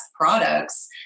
products